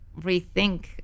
rethink